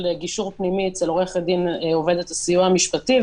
גישור פנימי אצל עורכת דין עובדת הסיוע המשפטי,